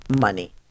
money